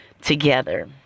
together